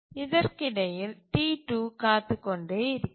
இதற்கிடையில் T2 காத்துக் கொண்டே இருக்கிறது